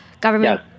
government